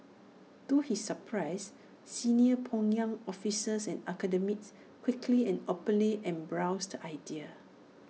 to his surprise senior pyongyang officials and academics quickly and openly embraced the idea